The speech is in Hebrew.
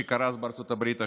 שקרס בארצות הברית השבוע.